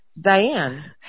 Diane